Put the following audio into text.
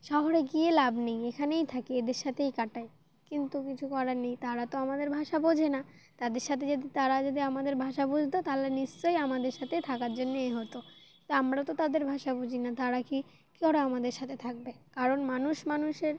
শহরে গিয়ে লাভ নেই এখানেই থাকে এদের সাথেই কাটায় কিন্তু কিছু করার নেই তারা তো আমাদের ভাষা বোঝে না তাদের সাথে যদি তারা যদি আমাদের ভাষা বুঝতো তাহলে নিশ্চয়ই আমাদের সাথেই থাকার জন্যে এ হতো তো আমরা তো তাদের ভাষা বুঝি না তারা কি কী ওরা আমাদের সাথে থাকবে কারণ মানুষ মানুষের